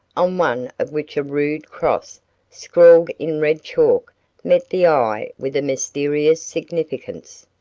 on one of which a rude cross scrawled in red chalk met the eye with a mysterious significance.